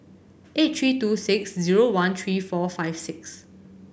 eight three two six zero one three four five six